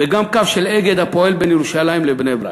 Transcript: קו של "אגד" הפועל בין ירושלים לבני-ברק.